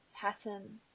pattern